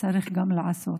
צריך גם לעשות.